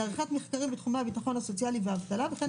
לעריכת מחקרים בתחומי הביטוח הסוציאלי והאבטלה וכן